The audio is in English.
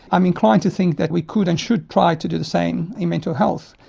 i'm inclined to think that we could and should try to do the same in mental health,